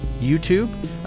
YouTube